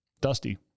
Dusty